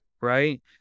Right